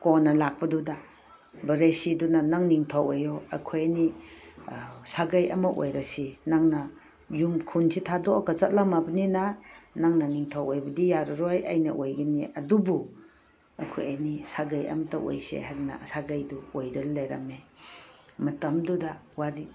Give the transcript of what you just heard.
ꯀꯣꯟꯅ ꯂꯥꯛꯄꯗꯨꯗ ꯕ꯭ꯔꯦꯁꯤꯗꯨꯅ ꯅꯪ ꯅꯤꯡꯊꯧ ꯑꯣꯏꯌꯨ ꯑꯩꯈꯣꯏ ꯑꯅꯤ ꯁꯥꯒꯩ ꯑꯃ ꯑꯣꯏꯔꯁꯤ ꯅꯪꯅ ꯌꯨꯝ ꯈꯨꯟꯁꯤ ꯊꯥꯗꯣꯛꯑꯒ ꯆꯠꯂꯝꯂꯕꯅꯤꯅ ꯅꯪꯅ ꯅꯤꯡꯊꯧ ꯑꯣꯏꯕꯗꯤ ꯌꯥꯔꯔꯣꯏ ꯑꯩꯅ ꯑꯣꯏꯒꯅꯤ ꯑꯗꯨꯕꯨ ꯑꯩꯈꯣꯏ ꯑꯅꯤ ꯁꯥꯒꯩ ꯑꯃꯇ ꯑꯣꯏꯁꯦ ꯍꯥꯏꯗꯅ ꯁꯥꯒꯩꯗꯨ ꯑꯣꯏꯗꯅ ꯂꯩꯔꯝꯃꯦ ꯃꯇꯝꯗꯨꯅ ꯋꯥꯔꯤ